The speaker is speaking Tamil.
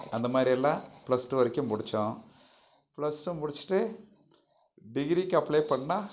அந்த மாதிரி எல்லாம் ப்ளஸ் டூ வரைக்கும் முடிச்சோம் ப்ளஸ் டூ முடிச்சுட்டு டிகிரிக்கு அப்ளை பண்ணால்